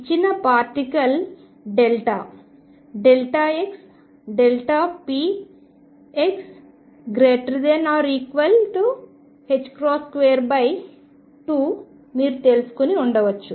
ఇచ్చిన particle delta xpx2 మీరు తెలుసుకుని ఉండవచ్చు